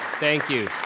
thank you,